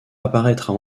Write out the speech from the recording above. apparaîtra